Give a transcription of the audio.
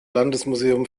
landesmuseum